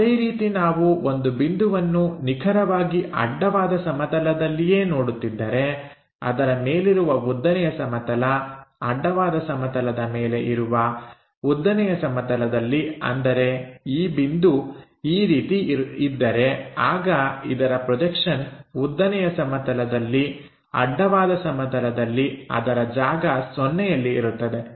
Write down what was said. ಅದೇ ರೀತಿ ನಾವು ಒಂದು ಬಿಂದುವನ್ನು ನಿಖರವಾಗಿ ಅಡ್ಡವಾದ ಸಮತಲದಲ್ಲಿಯೇ ನೋಡುತ್ತಿದ್ದರೆ ಅದರ ಮೇಲಿರುವ ಉದ್ದನೆಯ ಸಮತಲ ಅಡ್ಡವಾದ ಸಮತಲದ ಮೇಲೆ ಇರುವ ಉದ್ದನೆಯ ಸಮತಲದಲ್ಲಿ ಅಂದರೆ ಈ ಬಿಂದು ಈ ರೀತಿ ಇದ್ದರೆ ಆಗ ಇದರ ಪ್ರೊಜೆಕ್ಷನ್ ಉದ್ದನೆಯ ಸಮತಲದಲ್ಲಿ ಅಡ್ಡವಾದ ಸಮತಲದಲ್ಲಿ ಅದರ ಜಾಗ ಸೊನ್ನೆಯಲ್ಲಿ ಇರುತ್ತದೆ